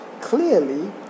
clearly